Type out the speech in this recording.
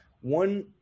one